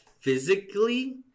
physically